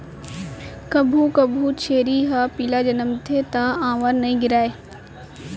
कभू कभू छेरी ह पिला जनमथे त आंवर नइ गिरय